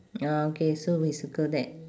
ya okay so we circle that